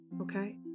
okay